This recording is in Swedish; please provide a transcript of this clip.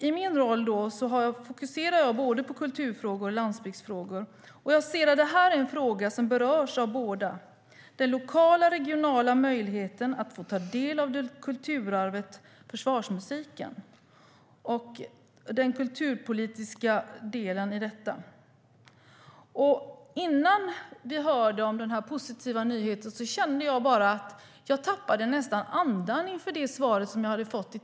I min roll fokuserar jag på både kulturfrågor och landsbygdsfrågor. En fråga som berör båda områdena är den lokala och regionala möjligheten att få ta del av kulturarvet försvarsmusiken och den kulturpolitiska delen i denna. Innan jag hörde om den positiva nyheten tappade jag nästan andan av det skriftliga svar som jag hade fått.